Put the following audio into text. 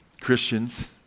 Christians